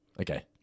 Okay